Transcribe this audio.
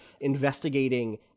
investigating